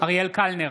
אריאל קלנר,